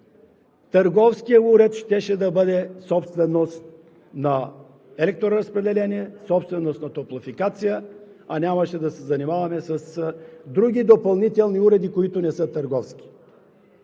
търговският уред щеше да бъде собственост на Електроразпределение, собственост на Топлофикация, а нямаше да се занимаваме с други допълнителни уреди, които не са търговски.